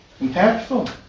impactful